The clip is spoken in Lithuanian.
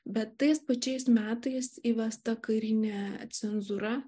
bet tais pačiais metais įvesta karinė cenzūra